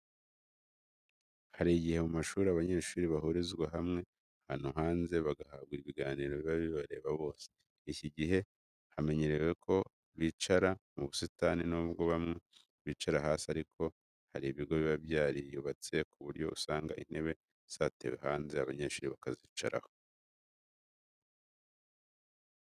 Hari igihe mu mashuri abanyeshuri bahurizwa hamwe ahantu hanze bagahabwa ibiganiro biba bibareba bose, iki gihe hamenyerewe ko bicara mu busitani n'ubwo bamwe bicara hasi ariko hari ibigo biba byariyubatse ku buryo usanga intebe zatewe hanze abanyeshuri bakazicaraho.